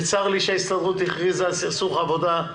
צר לי שההסתדרות הכריזה על סכסוך עבודה.